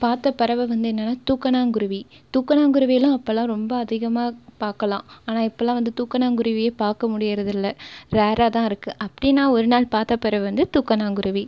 பார்த்த பறவை வந்து என்னென்னால் தூக்கணாங்குருவி தூக்கணாங்குருவியெல்லாம் அப்பெல்லாம் ரொம்ப அதிகமாக பார்க்கலாம் ஆனால் இப்பெல்லாம் வந்து தூக்கணாங்குருவியே பார்க்க முடிகிறது இல்லை ரேராக தான் இருக்குது அப்படி நான் ஒரு நாள் பார்த்த பறவை வந்து தூக்கணாங்குருவி